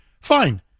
fine